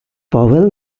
powell